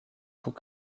tout